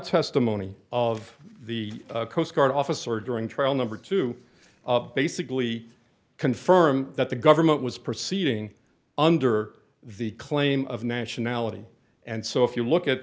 testimony of the coast guard officer during trial number two basically confirm that the government was proceeding under the claim of nationality and so if you look at